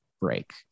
break